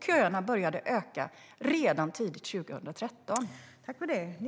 Köerna började öka redan tidigt 2013.